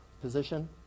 position